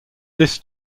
this